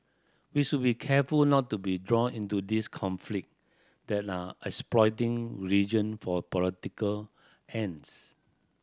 we should be careful not to be drawn into these conflict that are exploiting religion for political ends